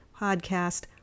podcast